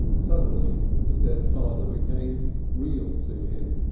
suddenly his dead father became real to him.